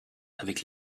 avec